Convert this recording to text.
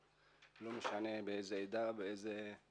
לא משנה באיזה עדה ובאיזה מוצא.